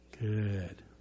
good